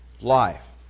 life